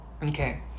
Okay